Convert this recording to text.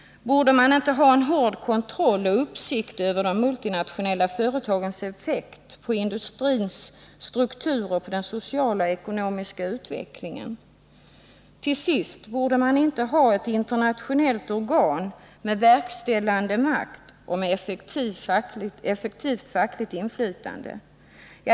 Borde man inte ha en hård kontroll och uppsikt över de multinationella företagens effekt på industrins struktur och på den sociala och ekonomiska utvecklingen? Till sist, borde man inte ha ett internationellt organ med verkställande makt och med effektivt fackligt inflytande?